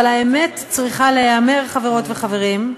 אבל האמת צריכה להיאמר, חברות וחברים: